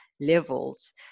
levels